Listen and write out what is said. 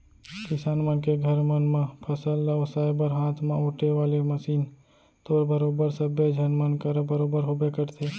किसान मन के घर मन म फसल ल ओसाय बर हाथ म ओेटे वाले मसीन तो बरोबर सब्बे झन मन करा बरोबर होबे करथे